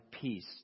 peace